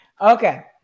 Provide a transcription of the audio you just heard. Okay